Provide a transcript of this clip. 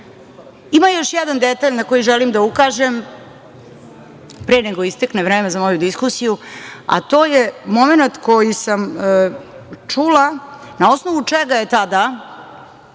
još jedan detalj na koji želim da ukažem, pre nego istekne vreme za moju diskusiju, a to je momenat koji sam čula, na osnovu čega je tada,